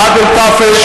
עאדל טאפש,